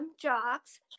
jocks